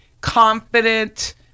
confident